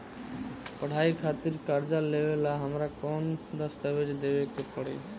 पढ़ाई खातिर कर्जा लेवेला हमरा कौन दस्तावेज़ देवे के पड़ी?